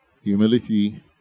Humility